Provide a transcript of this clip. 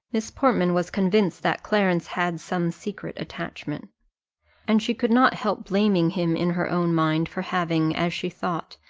miss portman was convinced that clarence had some secret attachment and she could not help blaming him in her own mind for having, as she thought,